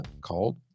called